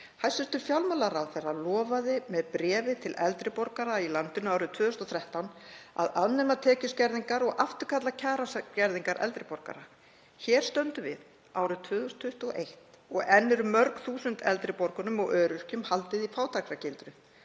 Hæstv. fjármálaráðherra lofaði með bréfi til eldri borgara í landinu árið 2013 að afnema tekjuskerðingar og afturkalla kjaraskerðingar eldri borgara. Hér stöndum við árið 2021 og enn er mörg þúsund eldri borgurum og öryrkjum haldið í fátæktargildru.